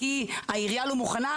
כי העירייה לא מוכנה,